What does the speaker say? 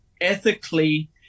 ethically